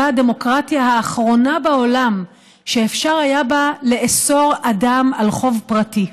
הייתה הדמוקרטיה האחרונה בעולם שאפשר היה לאסור בה אדם על חוב פרטי.